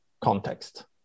context